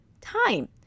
time